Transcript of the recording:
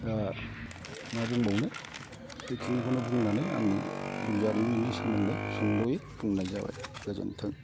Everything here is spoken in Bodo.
मा बुंबावनो बेखिनिखौनो बुंनानै आंनि जिउ जारिमिननि सोमोन्दै सुंद'यै बुंनाय जाबाय गोजोन्थों